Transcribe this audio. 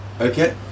Okay